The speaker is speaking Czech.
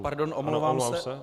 Pardon, omlouvám se.